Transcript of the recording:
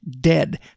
dead